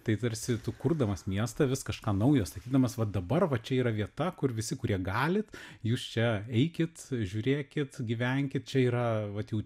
tai tarsi tu kurdamas miestą vis kažką naujo statydamas va dabar va čia yra vieta kur visi kurie galit jūs čia eikit žiūrėkit gyvenkit čia yra vat jau